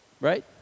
right